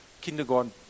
kindergarten